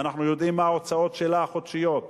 ואנחנו יודעים מה ההוצאות החודשיות שלה,